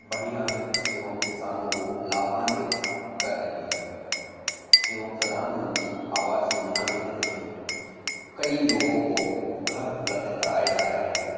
बढ़िया है एवं किसानों को लाभान्वित कर रही है एवं प्रधानमंत्री आवास योजना के तहत भी कई लोगों को घर उपलब्ध कराए जा रहे हैं